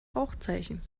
rauchzeichen